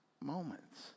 moments